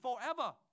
forever